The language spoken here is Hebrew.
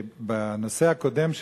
בנושא הקודם,